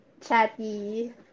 chatty